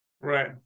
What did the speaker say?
Right